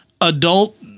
adult